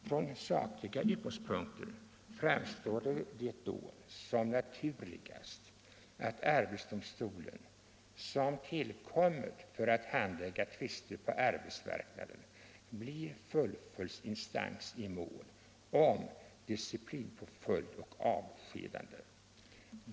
Från sakliga utgångspunkter framstår det då som naturligast att arbetsdomstolen, som tillkommit för att handlägga tvister på arbetsmarknaden, blir fullföljdsinstans i mål om disciplinpåföljd och avskedande.